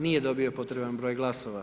Nije dobio potreban broj glasova.